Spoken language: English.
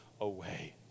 away